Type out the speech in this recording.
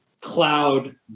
cloud